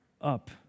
up